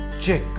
Check